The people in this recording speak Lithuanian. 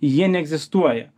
jie neegzistuoja